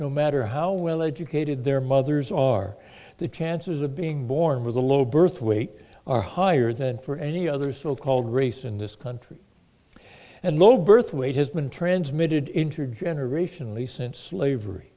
no matter how well educated their mothers are the chances of being born with a low birth weight are higher than for any other so called race in this country and low birth weight has been transmitted intergenerational